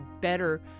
better